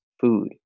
food